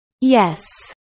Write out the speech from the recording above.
Yes